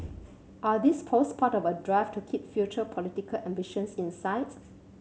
are these posts part of a drive to keep future political ambitions in sights